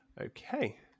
Okay